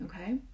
Okay